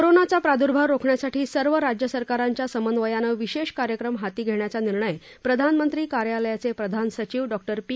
कोरोनाचा प्रादुर्भाव रोखण्यासाठी सर्व राज्यसरकारांच्या समन्वयानं विशेष कार्यक्रम हाती घेण्याचा निर्णय प्रधानमंत्री कार्यालयाचे प्रधान सचीव डॉ पी